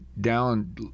down